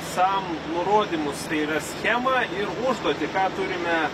sam nurodymus tai yra schemą ir užduotį ką turime